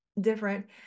different